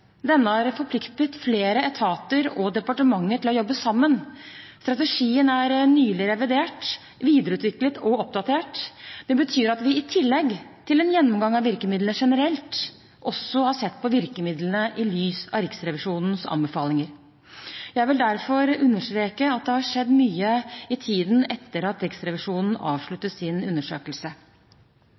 har forpliktet flere etater og departementer til å jobbe sammen. Strategien er nylig revidert, videreutviklet og oppdatert. Det betyr at vi, i tillegg til en gjennomgang av virkemidlene generelt, også har sett på virkemidlene i lys av Riksrevisjonens anbefalinger. Jeg vil derfor understreke at det har skjedd mye i tiden etter at Riksrevisjonen avsluttet sin undersøkelse.